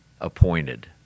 appointed